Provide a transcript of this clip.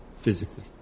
physically